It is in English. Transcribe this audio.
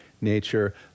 nature